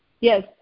Yes